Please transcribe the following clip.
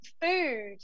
food